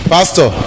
Pastor